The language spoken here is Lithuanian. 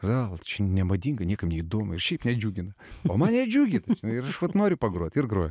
gal čia nemadinga niekam neįdomu ir šiaip nedžiugina o mane džiugina ir vat noriu pagroti ir groti